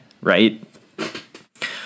right